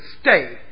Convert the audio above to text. stay